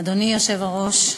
אדוני היושב-ראש,